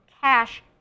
cash